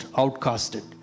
outcasted